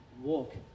walk